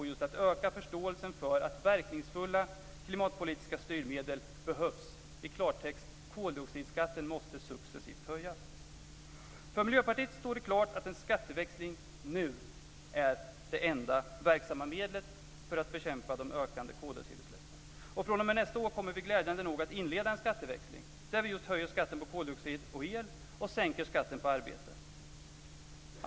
I klartext: Koldioxidskatten måste successivt höjas. För Miljöpartiet står det klart att en skatteväxling nu är det enda verksamma medlet för att bekämpa de ökande koldioxidutsläppen. fr.o.m. nästa år kommer vi glädjande nog att inleda en skatteväxling där vi just höjer skatten på koldioxid och el och sänker skatten på arbete.